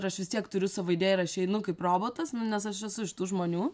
ir aš vis tiek turiu savo idėją ir aš einu kaip robotas nes aš esu iš tų žmonių